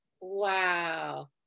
Wow